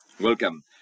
Welcome